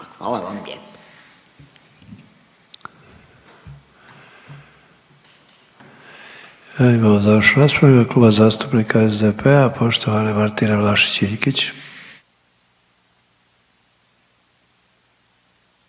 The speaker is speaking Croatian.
Hvala vam lijepa.